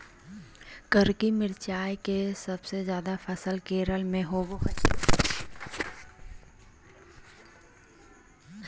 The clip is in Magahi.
करिककी मिरचाई के सबसे ज्यादा फसल केरल में होबो हइ